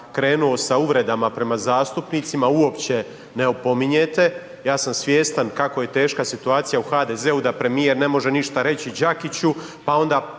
krenuo sa uvredama prema zastupnicima uopće ne opominjete, ja sam svjestan kako je teška situacija u HDZ-u, da premijer ne može ništa reći Đakiću pa onda